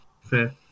fair